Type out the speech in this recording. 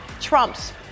trumps